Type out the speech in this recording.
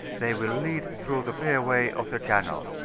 they will lead through the fairway of the channel.